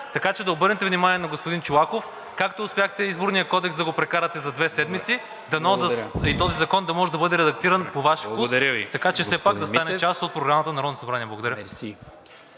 Така че да обърнете внимание на господин Чолаков – както успяхте Изборния кодекс да го прекарате за две седмици, дано и този закон да може да бъде редактиран по Ваш вкус, така че все пак да стане част от Програмата на Народното събрание.